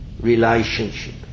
relationship